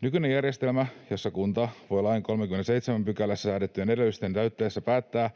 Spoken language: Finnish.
Nykyinen järjestelmä, jossa kunta voi lain 37 §:ssä säädettyjen edellytysten täyttyessä päättää,